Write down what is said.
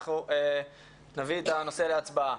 לאחר מכן נביא את הנושא להצבעה.